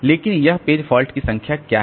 इसलिए यह page fault की संख्या क्या है